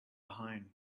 behind